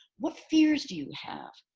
what fears do you have?